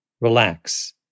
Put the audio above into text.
relax